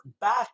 back